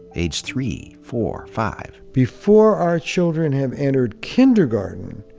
age three, four, five. before our children have entered kindergarten,